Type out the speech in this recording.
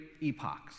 epochs